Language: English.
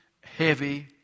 heavy